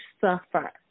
suffer